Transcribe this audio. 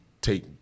take